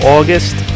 August